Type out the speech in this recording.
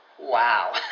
Wow